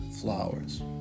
flowers